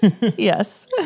Yes